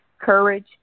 courage